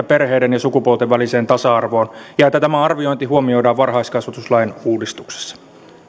perheiden ja sukupuolten väliseen tasa arvoon ja että tämä arviointi huomioidaan varhaiskasvatuslain uudistuksessa